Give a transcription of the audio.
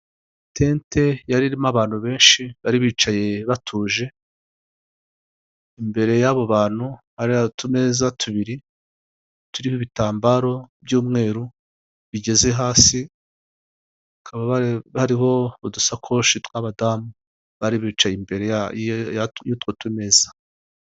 Itente yari irimo abantu benshi bari bicaye batuje, imbere y'abo bantu hari hari utumeza tubiri, turiho ibitambaro by'umweru bigeze hasi, hakaba hariho udusakoshi tw'abadamu bari bicaye imbere y'utwo tumeza.